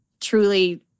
truly